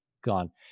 gone